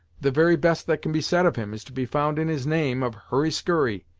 the very best that can be said of him, is to be found in his name of hurry skurry,